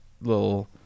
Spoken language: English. little